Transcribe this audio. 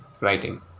writing